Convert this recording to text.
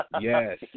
yes